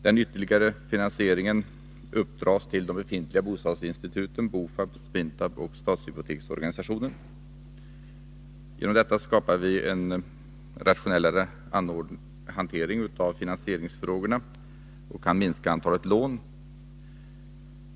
Den ytterligare finansieringen uppdras till de befintliga bostadsinstituten: BOFAB, Spintab och statshypoteksorganisationen. Genom detta skapar vi en rationellare hantering av finansieringsfrå gorna och kan minska antalet lån.